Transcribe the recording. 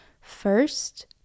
first